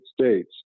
States